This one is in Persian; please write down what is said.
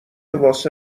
واسه